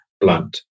blunt